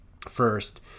first